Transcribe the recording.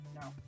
no